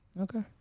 Okay